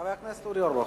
חבר הכנסת אורי אורבך,